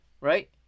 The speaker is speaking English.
Right